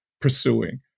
pursuing